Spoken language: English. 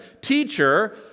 Teacher